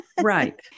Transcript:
Right